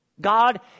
God